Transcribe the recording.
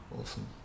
Awesome